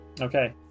Okay